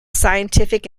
scientific